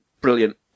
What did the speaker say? brilliant